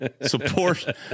support